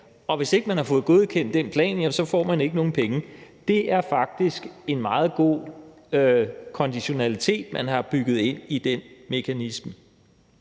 at hvis ikke man har fået godkendt den plan, får man ikke nogen penge. Det er faktisk en meget god konditionalitet, man har bygget ind i den mekanisme.